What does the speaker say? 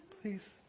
please